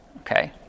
okay